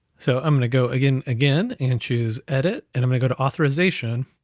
so i'm gonna go again again, and choose edit, and i'm gonna go to authorization,